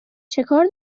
چکار